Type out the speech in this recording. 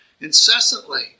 incessantly